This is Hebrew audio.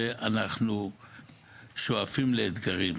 ואנחנו שואפים לאתגרים.